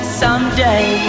someday